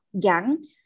young